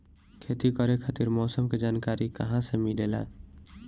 खेती करे खातिर मौसम के जानकारी कहाँसे मिलेला?